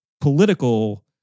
political